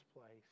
place